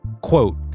Quote